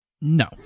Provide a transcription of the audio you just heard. No